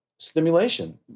stimulation